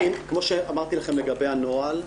כמו שאמרתי לכם לגבי הנוהל,